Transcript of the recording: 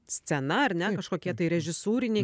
scena ar ne kažkokie tai režisūriniai